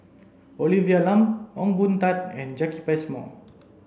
Olivia Lum Ong Boon Tat and Jacki Passmore